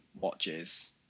watches